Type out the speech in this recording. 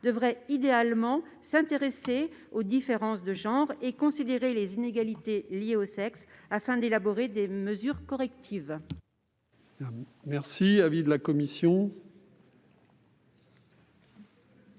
devrait idéalement s'intéresser aux différences de genre et considérer les inégalités liées au sexe, afin d'élaborer des mesures correctives. Quel est l'avis de la commission